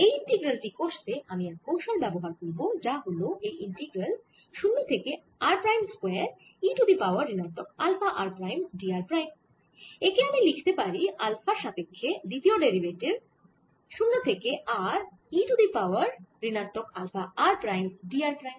এই ইন্টিগ্রাল টি কষতে আমি এক কৌশল ব্যবহার করব যা হল এই ইন্টিগ্রাল 0 থেকে r r prime square e to the power ঋণাত্মক alpha r prime d r prime একে আমি লিখতে পারি আলফার সাপেক্ষ্যে দ্বিতীয় ডেরিভেটিভ ইন্টিগ্রাল 0 থেকে r e to the power ঋণাত্মক alpha r prime d r prime